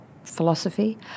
philosophy